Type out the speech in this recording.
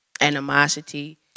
animosity